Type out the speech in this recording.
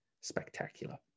spectacular